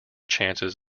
chances